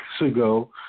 ago